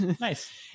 nice